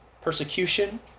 persecution